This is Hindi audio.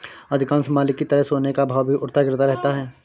अधिकांश माल की तरह सोने का भाव भी उठता गिरता रहता है